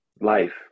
Life